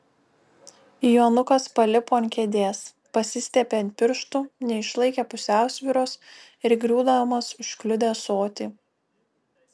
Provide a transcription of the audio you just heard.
jonukas palipo ant kėdės pasistiepė ant pirštų neišlaikė pusiausvyros ir griūdamas užkliudė ąsotį